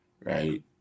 right